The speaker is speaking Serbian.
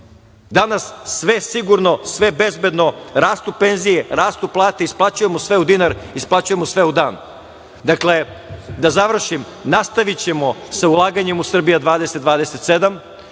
Danas sve sigurno, sve bezbedno, rastu penzije, rastu plate, isplaćujemo sve u dinar, isplaćujemo sve u dan. Dakle, da završim, nastavićemo sa ulaganjem u „Srbija2027“.